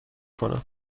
کنم